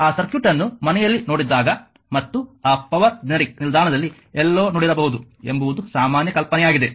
ಆ ಸರ್ಕ್ಯೂಟ್ ಅನ್ನು ಮನೆಯಲ್ಲಿ ನೋಡಿದಾಗ ಮತ್ತು ಆ ಪವರ್ ಜೆನೆರಿಕ್ ನಿಲ್ದಾಣದಲ್ಲಿ ಎಲ್ಲೋ ನೋಡಿರಬಹುದು ಎಂಬುದು ಸಾಮಾನ್ಯ ಕಲ್ಪನೆಯಾಗಿದೆ